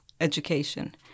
education